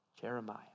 Jeremiah